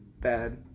bad